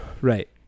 Right